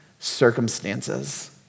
circumstances